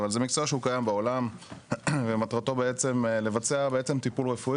אבל זה מקצוע שהוא קיים בעולם ומטרתו לבצע טיפול רפואי,